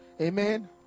Amen